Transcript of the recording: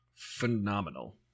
phenomenal